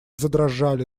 задрожали